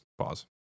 Pause